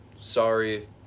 Sorry